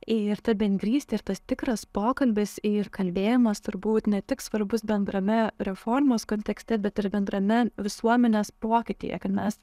ir ta bendrystė ir tas tikras pokalbis ir kalbėjimas turbūt ne tik svarbus bendrame reformos kontekste bet ir bendrame visuomenės pokytyje kad mes